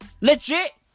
Legit